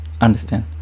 understand